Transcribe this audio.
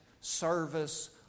service